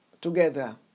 together